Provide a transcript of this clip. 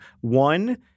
One